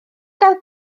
gael